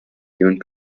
jemand